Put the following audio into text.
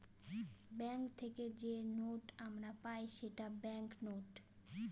bank থেকে যে note আমরা পাই সেটা ব্যাঙ্ক নোট